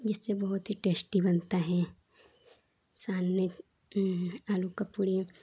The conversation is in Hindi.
जिससे बहुत ही टेस्टी बनती है सानने आलू की पूड़ी